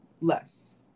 less